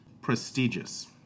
prestigious